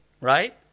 right